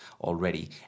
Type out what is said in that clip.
already